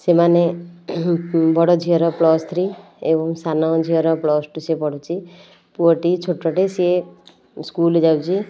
ସେମାନେ ବଡ଼ ଝିଅର ପ୍ଲସ୍ ଥ୍ରୀ ଏବଂ ସାନ ଝିଅର ପ୍ଲସ୍ ଟୁ ସେ ପଢ଼ୁଛି ପୁଅଟି ଛୋଟ ଟିଏ ସିଏ ସ୍କୁଲ୍ ଯାଉଛି